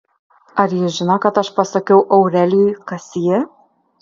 ar ji žino kad aš pasakiau aurelijui kas ji